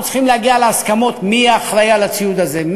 אנחנו צריכים להגיע להסכמות: מי יהיה אחראי לציוד הזה,